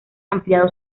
ampliado